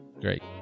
Great